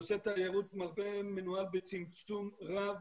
נושא תיירות מרפא מנוהל בצמצום רב,